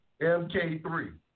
MK3